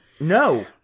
No